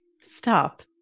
stop